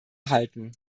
halten